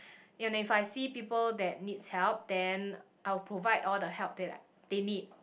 and if I see people that needs help then I will provide all the help that I they need